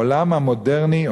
העולם המודרני,